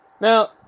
Now